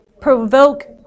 provoke